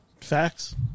Facts